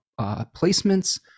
placements